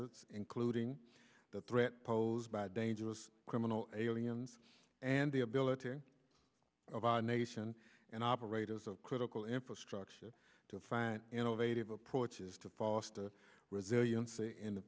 hazards including the threat posed by dangerous criminal aliens and the ability of our nation and operators of critical infrastructure to find innovative approaches to foster resilience in the